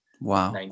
wow